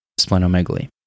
splenomegaly